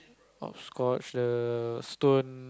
hopscotch the stone